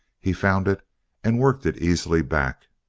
he found it and worked it easily back.